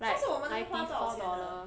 like ninety four dollar